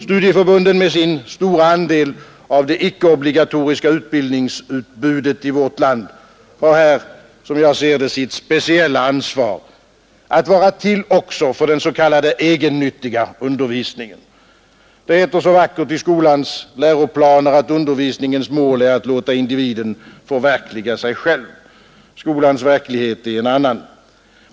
Studieförbunden med sin stora andel av det icke-obligatoriska utbildningsutbudet i vårt land har här, som jag ser det, sitt speciella ansvar: att vara till också för den s.k. egennyttiga undervisningen. Det heter så vackert i skolans läroplaner att undervisningens mål är att låta individen förverkliga sig själv. Skolans verklighet är en annan.